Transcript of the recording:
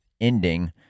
ending